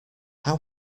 how